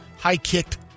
High-kicked